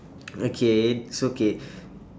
okay so okay